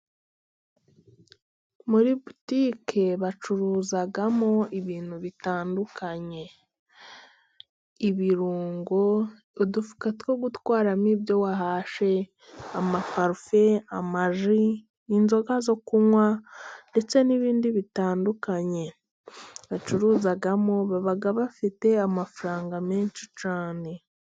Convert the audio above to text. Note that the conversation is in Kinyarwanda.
Muri butike bacuruzamo ibintu bitandukanye. Ibirungo, udufuka two gutwaramo ibyo wahashye, amaparufe, amaji, inzoga zo kunywa, ndetse n'ibindi bitandukanye. Abacuruzamo baba bafite amafaranga menshi cyane.